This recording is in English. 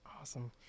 Awesome